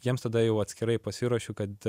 jiems tada jau atskirai pasiruošiau kad